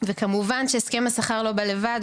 וכמובן שהסכם השכר לא בא לבד,